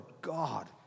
God